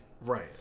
Right